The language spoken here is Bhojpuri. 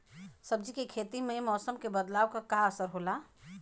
सब्जी के खेती में मौसम के बदलाव क का असर होला?